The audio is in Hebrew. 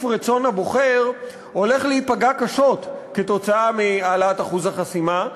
רצון הבוחר הולך להיפגע קשות מהעלאת אחוז החסימה.